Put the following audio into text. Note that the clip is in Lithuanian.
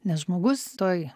nes žmogus toj